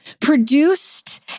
produced